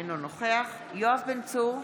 אינו נוכח יואב בן צור,